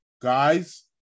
guys